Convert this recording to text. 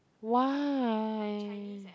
why